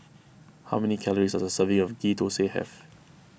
how many calories does a serving of Ghee Thosai have